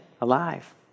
alive